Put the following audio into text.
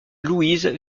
louise